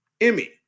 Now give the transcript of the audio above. Emmy